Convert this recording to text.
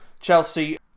Chelsea